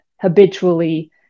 habitually